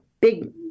big